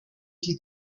die